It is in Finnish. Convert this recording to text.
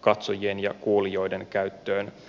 katsojien ja kuulijoiden käyttöön